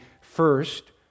first